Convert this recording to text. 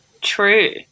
True